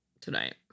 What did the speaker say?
tonight